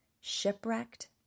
shipwrecked